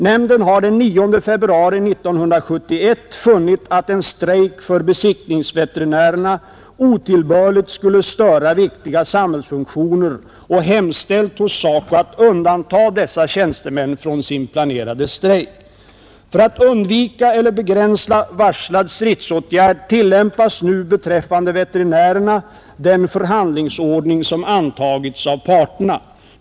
Nämnden har den 9 februari 1971 funnit att en strejk för besiktningsveterinärerna otillbörligt skulle störa viktiga samhällsfunktioner och hemställt hos SACO att undanta dessa tjänstemän från sin planerade strejk. För att undvika eller begränsa varslad stridsåtgärd tillämpas nu beträffande veterinärerna den förhandlingsordning som antagits av parterna.